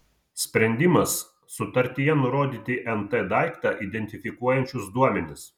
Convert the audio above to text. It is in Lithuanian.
sprendimas sutartyje nurodyti nt daiktą identifikuojančius duomenis